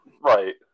Right